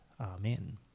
Amen